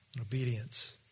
Obedience